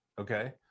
Okay